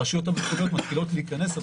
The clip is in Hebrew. הרשויות המקומיות מתחילות להיכנס,